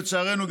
לצערנו,